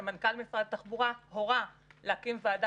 ומנכ"ל משרד התחבורה הורה להקים ועדה